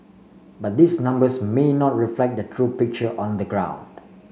but these numbers may not reflect the true picture on the ground